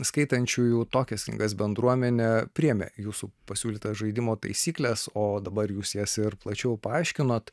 skaitančiųjų tokias knygas bendruomenė priėmė jūsų pasiūlytas žaidimo taisykles o dabar jūs jas ir plačiau paaiškinot